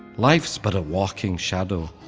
life's but a walking shadow,